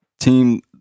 Team